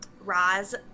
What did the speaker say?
Roz